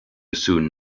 soon